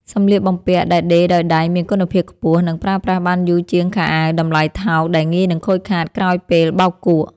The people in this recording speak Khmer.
សម្លៀកបំពាក់ដែលដេរដោយដៃមានគុណភាពខ្ពស់ និងប្រើប្រាស់បានយូរជាងខោអាវតម្លៃថោកដែលងាយនឹងខូចខាតក្រោយពេលបោកគក់។